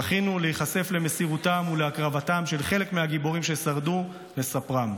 זכינו להיחשף למסירותם ולהקרבתם של חלק מהגיבורים ששרדו לספרם,